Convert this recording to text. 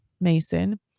Mason